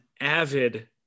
avid